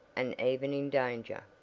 and even in danger.